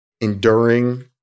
enduring